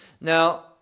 now